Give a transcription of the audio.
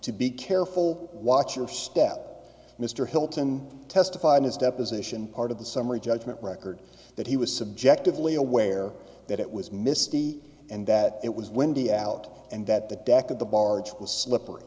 to be careful watch your step mr hilton testified his deposition part of the summary judgment record that he was subjectively aware that it was misty and that it was windy out and that the deck of the barge was slipper